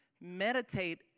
meditate